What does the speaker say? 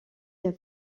der